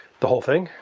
the whole thing?